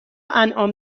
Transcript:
انعام